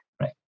right